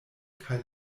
kaj